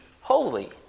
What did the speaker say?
holy